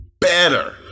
better